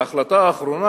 בהחלטה האחרונה,